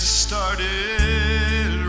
started